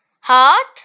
Hot